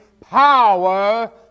power